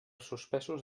suspesos